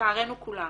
לצערנו כולם.